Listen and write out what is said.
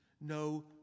no